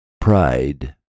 pride